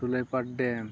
dam